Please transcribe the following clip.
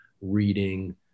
reading